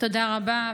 תודה רבה.